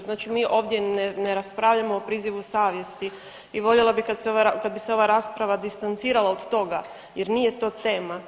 Znači mi ovdje ne raspravljamo o prizivu savjesti i voljela bi kad bi se ova rasprava distancirala od toga jer nije to tema.